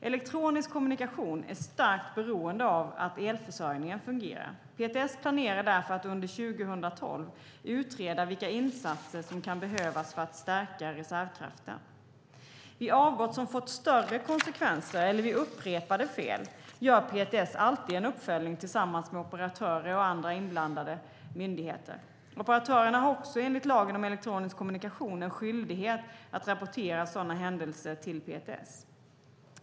Elektronisk kommunikation är starkt beroende av att elförsörjningen fungerar. PTS planerar därför att under 2012 utreda vilka insatser som kan behövas för att stärka reservkraften. Vid avbrott som fått större konsekvenser eller vid upprepade fel gör PTS alltid en uppföljning tillsammans med operatörer och andra inblandade myndigheter. Operatörerna har också enligt lagen om elektronisk kommunikation en skyldighet att rapportera sådana händelser till PTS.